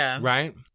right